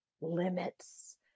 limits